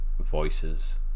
voices